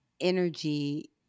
energy